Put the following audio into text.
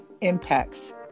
impacts